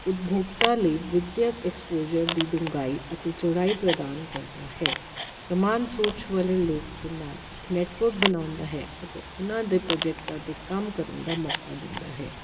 ਉਪਭੋਗਤਾ ਲਈ ਵਿੱਦਿਅਕ ਐਕਸਪੋਜ਼ਰ ਦੀ ਡੁੰਘਾਈ ਅਤੇ ਚੌੜਾਈ ਪ੍ਰਦਾਨ ਕਰਦਾ ਹੈ ਸਮਾਨ ਸੋਚ ਵਾਲੇ ਲੋਕ ਦੇ ਨਾਲ ਇੱਕ ਨੈਟਵਰਕ ਬਣਾਉਂਦਾ ਹੈ ਅਤੇ ਉਹਨਾਂ ਦੇ ਪ੍ਰੋਜੈਕਟਾਂ 'ਤੇ ਕੰਮ ਕਰਨ ਦਾ ਮੌਕਾ ਦਿੰਦਾ ਹੈ